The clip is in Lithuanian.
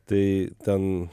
tai ten